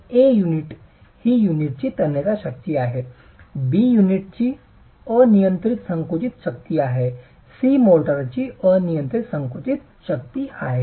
तर A ही युनिटची तन्यता शक्ती आहे B युनिटची अनियंत्रित संकुचित शक्ती आहे C मोर्टारची अनियंत्रित संकुचित शक्ती आहे